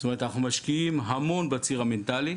זאת אומרת, אנחנו משקיעים המון בציר המנטלי,